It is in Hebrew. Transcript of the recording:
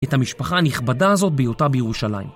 את המשפחה הנכבדה הזאת בהיותה בירושלים.